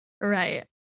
right